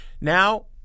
Now